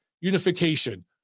unification